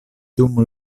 dum